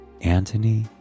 Antony